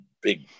big